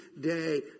day